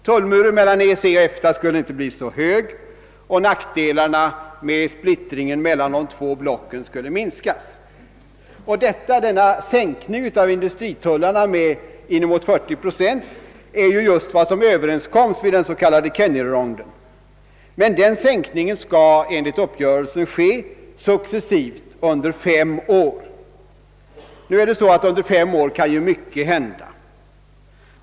Tullmuren mellan EEC och EFTA skulle inte bli så hög, och nackdelarna av splittringarna mellan de två blocken skulle minskas. Denna sänkning av industritullarna med inemot 40 procent är just vad som överenskoms vid den s.k. Kennedyronden, men den sänkningen skall enligt uppgörelsen ske successivt under fem år. Under fem år kan mycket hända.